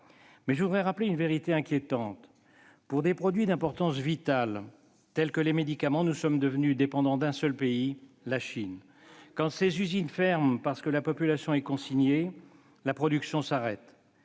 Je veux toutefois rappeler une vérité inquiétante : pour des produits d'importance vitale, tels que les médicaments, nous sommes devenus dépendants d'un seul pays, la Chine. Quand ses usines ferment parce que la population est consignée, la production s'arrête.